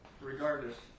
Regardless